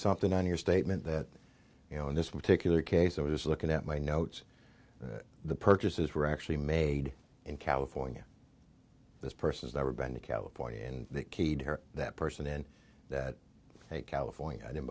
something on your statement that you know in this particular case i was looking at my notes the purchases were actually made in california this person's never been to california and the key to that person in that california i didn't